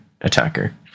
attacker